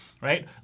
right